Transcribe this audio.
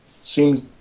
seems